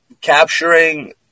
capturing